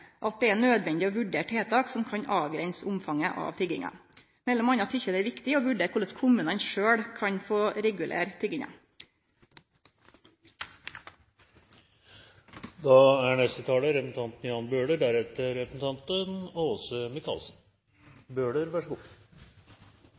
at det er nødvendig å vurdere tiltak som kan avgrense omfanget av tigginga. Mellom anna synest eg det er viktig å vurdere korleis kommunane sjølve kan få regulere tigginga. Jeg er